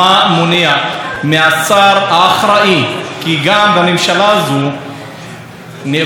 כי גם בממשלה הזו נאבקים על סמכויות ובורחים מאחריות.